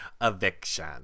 eviction